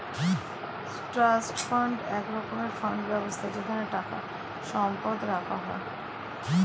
trust fund এক রকমের fund ব্যবস্থা যেখানে টাকা সম্পদ রাখা হয়